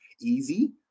easy